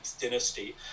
dynasty